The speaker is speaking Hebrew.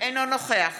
אינו נוכח